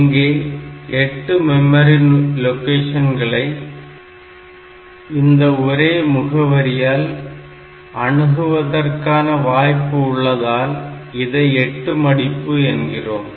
இங்கே 8 மெமரி லொகேஷன்களை இந்த ஒரே முகவரியால் அணுகுவதற்கான வாய்ப்பு உள்ளதால் இதை 8 மடிப்பு என்கிறோம்